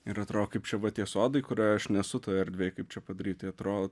ir atrodo kaip čia va tie sodai kurioje aš nesu toj erdvė kaip čia padaryt tai atrodo